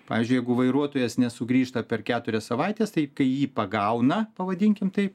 pavyzdžiui jeigu vairuotojas nesugrįžta per keturias savaites tai kai jį pagauna pavadinkim taip